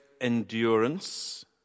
endurance